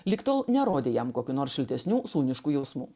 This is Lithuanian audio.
lig tol nerodė jam kokių nors šiltesnių sūniškų jausmų